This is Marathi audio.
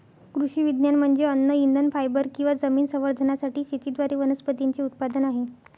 कृषी विज्ञान म्हणजे अन्न इंधन फायबर किंवा जमीन संवर्धनासाठी शेतीद्वारे वनस्पतींचे उत्पादन आहे